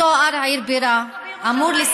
התואר עיר בירה אמור,